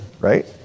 right